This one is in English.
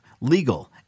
legal